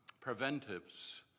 preventives